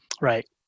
Right